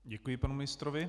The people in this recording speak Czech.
Děkuji panu ministrovi.